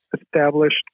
established